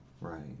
right